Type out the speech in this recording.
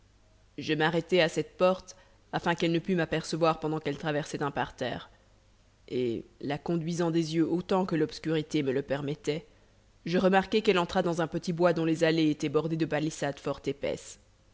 je m'arrêtai à cette porte afin qu'elle ne pût m'apercevoir pendant qu'elle traversait un parterre et la conduisant des yeux autant que l'obscurité me le permettait je remarquai qu'elle entra dans un petit bois dont les allées étaient bordées de palissades fort épaisses